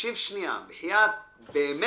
תקשיב שנייה, באמת,